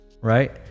right